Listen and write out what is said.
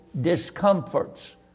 discomforts